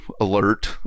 alert